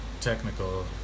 technical